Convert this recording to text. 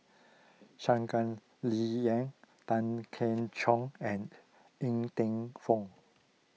Shangguan Liuyun Tan Keong Choon and Ng Teng Fong